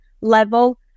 level